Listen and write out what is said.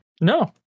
No